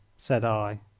said i.